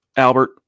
Albert